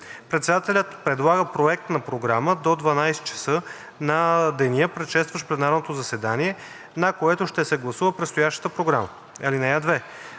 Председателят предлага проект за програма до 12,00 ч. на деня, предшестващ пленарното заседание, на което ще се гласува предстоящата програма.